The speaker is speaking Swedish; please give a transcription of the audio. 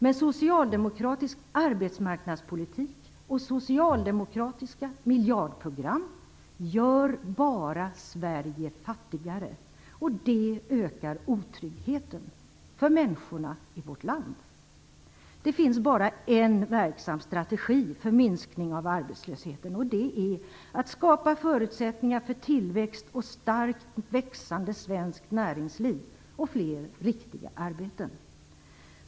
Men socialdemokratisk arbetsmarknadspolitik och socialdemokratiska miljardprogram gör bara Sverige fattigare. Det ökar otryggheten för människorna i vårt land. Det finns bara en verksam strategi för minskning av arbetslösheten, och det är att skapa förutsättningar för tillväxt, ett starkt växande svenskt näringsliv och fler riktiga arbeten.